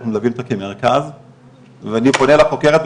כי אנחנו מלווים אותה כמרכז ואני פונה אל החוקרת,